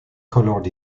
coloured